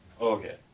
Okay